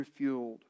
refueled